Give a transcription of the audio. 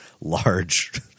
large